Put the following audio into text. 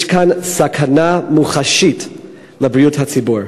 יש כאן סכנה מוחשית לבריאות הציבור.